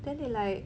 then they like